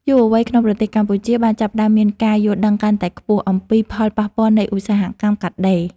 យុវវ័យក្នុងប្រទេសកម្ពុជាបានចាប់ផ្តើមមានការយល់ដឹងកាន់តែខ្ពស់អំពីផលប៉ះពាល់នៃឧស្សាហកម្មកាត់ដេរ។